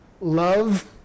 love